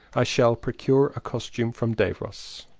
i shall procure a costume from davos.